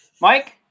Mike